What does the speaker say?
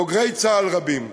בוגרי צה"ל רבים,